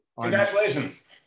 Congratulations